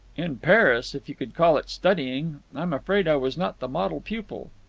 in paris, if you could call it studying. i'm afraid i was not the model pupil.